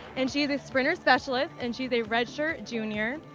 and she's a sprinter specialist. and she's a red shirt junior.